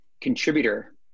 contributor